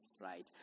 right